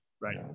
right